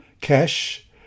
Cash